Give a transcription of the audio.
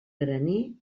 graner